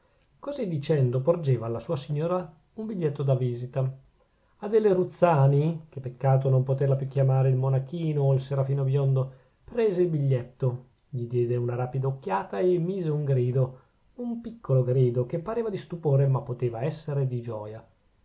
così dicendo porgeva alla sua signora un biglietto di visita adele ruzzani che peccato non poterla più chiamare il monachino o il serafino biondo prese il biglietto gli diede una rapida occhiata e mise un grido un piccolo grido che pareva di stupore ma poteva essere di gioia